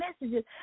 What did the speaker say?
messages